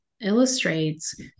illustrates